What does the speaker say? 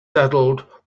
settled